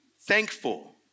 thankful